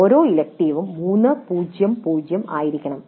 ഓരോ ഇലക്ടീവും 300 ആയിരിക്കണം